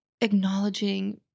acknowledging